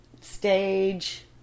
stage